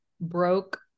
broke